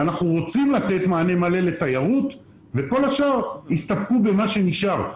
ואנחנו רוצים לתת מענה מלא לתיירות וכל השאר יסתפקו במה שנשאר.